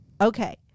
Okay